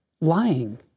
lying